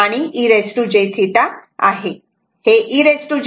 आणि e jθ cos θ j sin θ असे असते